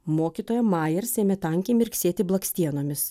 mokytoja majers ėmė tankiai mirksėti blakstienomis